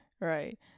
right